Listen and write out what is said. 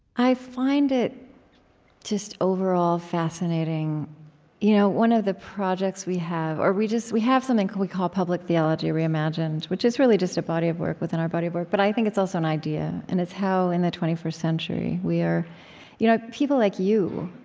i find it just, overall, fascinating you know one of the projects we have or, we have something we call public theology reimagined, which is really just a body of work within our body of work. but i think it's also an idea. and it's how, in the twenty first century, we are you know people like you